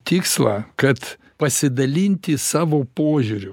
tikslą kad pasidalinti savo požiūriu